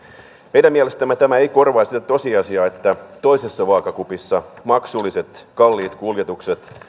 meidän mielestämme tämä ei korvaa sitä tosiasiaa että toisessa vaakakupissa maksulliset kalliit kuljetukset